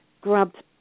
grabbed